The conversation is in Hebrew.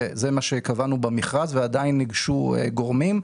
זה מה שקבענו במכרז ועדיין ניגשו גורמים.